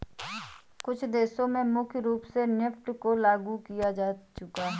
कुछ देशों में मुख्य रूप से नेफ्ट को लागू किया जा चुका है